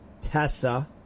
Tessa